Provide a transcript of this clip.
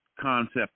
concept